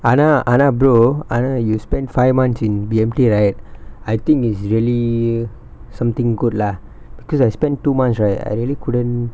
ஆனா ஆனா:aanaa aanaa brother ஆனா:aanaa you spend five months in B_M_T right I think is really something good lah because I spend two months right I really couldn't